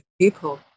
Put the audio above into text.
people